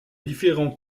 différents